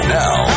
now